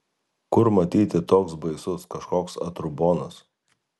kur matyti toks baisus kažkoks atrubonas